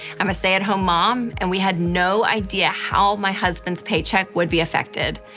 i'm a stay-at-home mom, and we had no idea how my husband's paycheck would be affected.